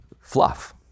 fluff